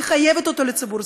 חייבת אותו לציבור,